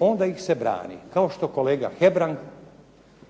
onda ih se brani, kao što kolega Hebrang